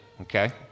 Okay